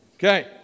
Okay